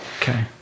Okay